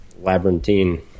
labyrinthine